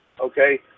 okay